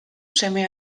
seme